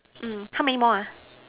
how many more